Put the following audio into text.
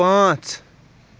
پانٛژھ